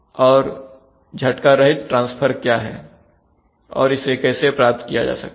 और झटकारहित ट्रांसफर क्या है और इसे कैसे प्राप्त किया जा सकता है